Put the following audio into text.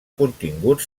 contingut